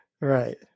Right